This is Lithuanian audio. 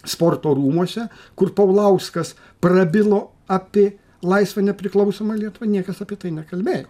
sporto rūmuose kur paulauskas prabilo apė laisvą nepriklausomą lietuvą niekas apie tai nekalbėjo